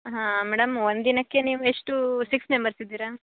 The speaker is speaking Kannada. ಹಾಂ ಮೇಡಮ್ ಒಂದು ದಿನಕ್ಕೆ ನೀವು ಎಷ್ಟು ಸಿಕ್ಸ್ ಮೆಂಬರ್ಸ್ ಇದ್ದೀರಾ